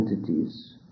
entities